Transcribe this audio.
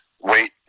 wait